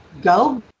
go